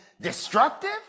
destructive